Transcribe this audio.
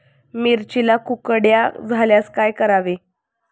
मिरचीला कुकड्या झाल्यास काय करावे?